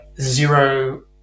zero